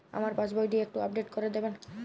আমার পাসবই টি একটু আপডেট করে দেবেন?